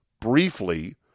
briefly